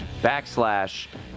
backslash